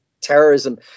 terrorism